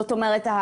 זאת אומרת,